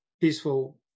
peaceful